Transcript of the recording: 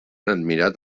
admirat